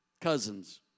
cousins